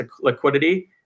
liquidity